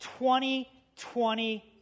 2020